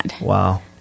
Wow